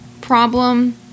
problem